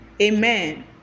Amen